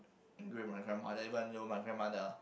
angry at my grandmother even though my grandmother